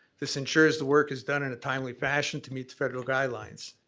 this ensures the work is done in a timely fashion to meet the federal guidelines.